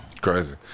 Crazy